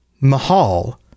Mahal